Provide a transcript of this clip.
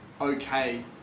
okay